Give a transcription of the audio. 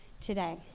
today